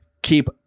Keep